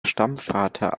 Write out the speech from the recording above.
stammvater